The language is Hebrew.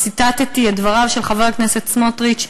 ציטטתי את דבריו של חבר הכנסת סמוטריץ,